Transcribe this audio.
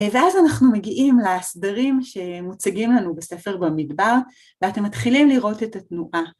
ואז אנחנו מגיעים להסדרים שמוצגים לנו בספר במדבר, ואתם מתחילים לראות את התנועה.